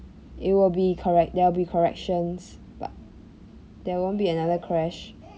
it will be correct there will be corrections but there won't be another crash